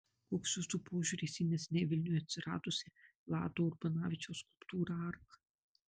koks jūsų požiūris į neseniai vilniuje atsiradusią vlado urbanavičiaus skulptūrą arka